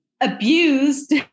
abused